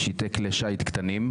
משיטי כלי שיט קטנים,